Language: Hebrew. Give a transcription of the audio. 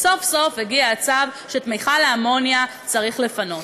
וסוף-סוף הגיע הצו שאת מכל האמוניה צריך לפנות.